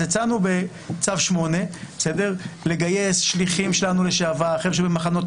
יצאנו בצו 8 לגייס שליחים לשעבר או אנשים ממחנות